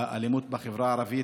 והאלימות בחברה הערבית,